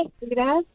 Gracias